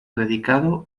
dedicado